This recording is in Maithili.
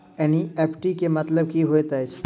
एन.ई.एफ.टी केँ मतलब की होइत अछि?